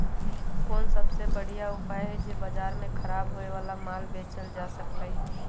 कोन सबसे बढ़िया उपाय हई जे से बाजार में खराब होये वाला माल बेचल जा सकली ह?